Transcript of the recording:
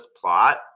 plot